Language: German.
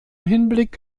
hinblick